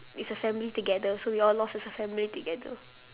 it's a family together so we all lost as a family together